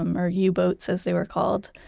um or yeah u-boats as they were called,